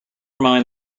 mind